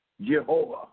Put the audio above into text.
Jehovah